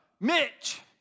Mitch